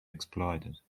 exploited